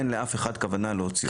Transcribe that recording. אין לאף אחד כוונה להוציא.